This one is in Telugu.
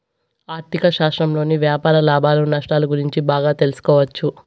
ఆర్ధిక శాస్త్రంలోని వ్యాపార లాభాలు నష్టాలు గురించి బాగా తెలుసుకోవచ్చు